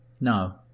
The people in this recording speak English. No